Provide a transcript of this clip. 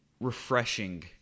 Refreshing